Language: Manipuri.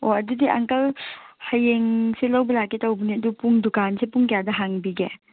ꯑꯣ ꯑꯗꯨꯗꯤ ꯑꯪꯀꯜ ꯍꯌꯦꯡꯁꯦ ꯂꯧꯕ ꯂꯥꯛꯀꯦ ꯇꯧꯕꯅꯦ ꯑꯗꯨ ꯄꯨꯡ ꯗꯨꯀꯥꯟꯁꯦ ꯄꯨꯡ ꯀꯌꯥꯗ ꯍꯥꯡꯕꯤꯒꯦ